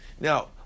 Now